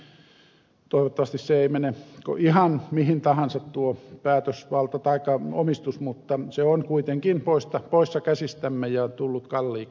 toivottavasti se ei mene ihan mihin tahansa tuo omistus mutta se on kuitenkin poissa käsistämme ja tullut kalliiksi